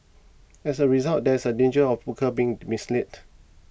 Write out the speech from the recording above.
as a result there is a danger of workers being misled